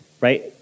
right